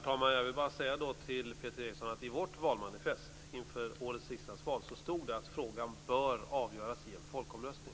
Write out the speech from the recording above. Herr talman! I vårt valmanifest inför årets riksdagsval, Peter Eriksson, stod det att frågan bör avgöras i en folkomröstning.